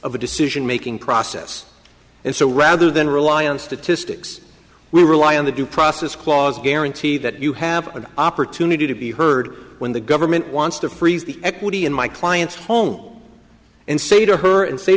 the decision making process and so rather than rely on statistics we rely on the due process clause guarantee that you have an opportunity to be heard when the government wants to freeze the equity in my client's home and say to her and say